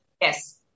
Yes